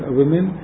women